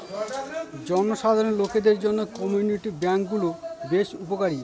জনসাধারণ লোকদের জন্য কমিউনিটি ব্যাঙ্ক গুলো বেশ উপকারী